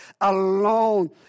alone